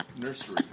Nursery